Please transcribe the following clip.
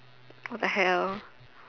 what the hell